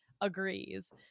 agrees